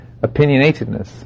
opinionatedness